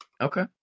Okay